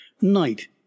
night